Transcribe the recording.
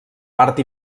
part